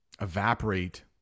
evaporate